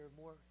more